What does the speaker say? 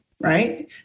right